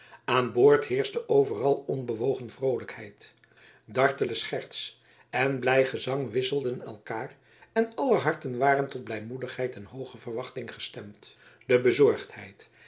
aan boord heerschte overal onbedwongen vroolijkheid dartele scherts en blij gezang verwisselden elkaar en aller harten waren tot blijmoedigheid en hooge verwachting gestemd de bezorgdheid